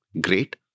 great